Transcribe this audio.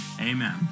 Amen